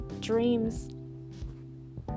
dreams